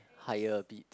higher a bit